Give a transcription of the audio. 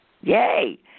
Yay